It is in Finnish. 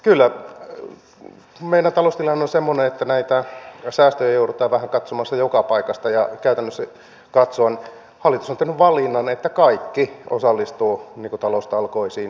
kyllä meidän taloustilanteemme on semmoinen että näitä säästöjä joudutaan katsomaan vähän joka paikasta ja käytännöllisesti katsoen hallitus on tehnyt valinnan että kaikki osallistuvat taloustalkoisiin